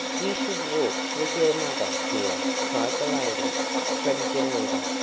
you should walk with your mother, dear, cried the lady from geneva,